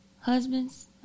husbands